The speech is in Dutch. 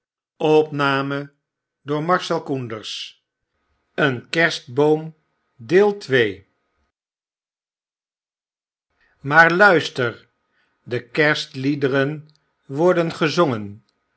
altyd bekoren maar luister de kerstliederen worden gezongen